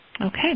Okay